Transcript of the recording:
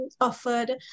offered